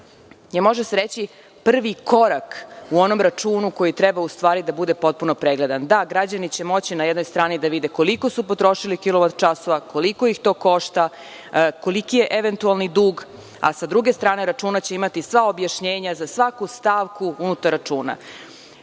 može se reći, je prvi korak u onom računu koji treba da bude potpuno pregledan. Da, građani će moći na jednoj strani da vide koliko su potrošili kilovat časova, koliko ih to košta, koliki je eventualni dug, a sa druge strane računa će imati sva objašnjenja za svaku stavku unutar računa.